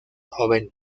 joven